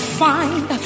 find